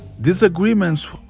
Disagreements